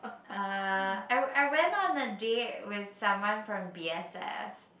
uh I we~ I went on a date with someone from B_S_F